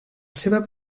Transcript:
seva